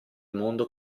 mondo